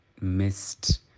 missed